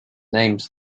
names